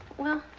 well,